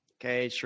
Okay